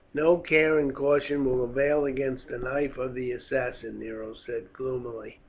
no care and caution will avail against the knife of the assassin, nero said gloomily.